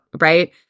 right